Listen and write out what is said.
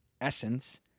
essence